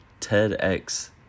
TEDx